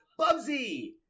Bubsy